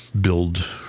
build